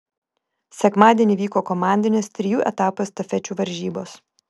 sekmadienį vyko komandinės trijų etapų estafečių varžybos